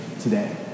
today